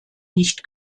nicht